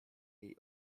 jej